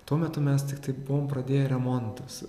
tuo metu mes tiktai buvom pradėję remontus